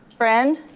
friend.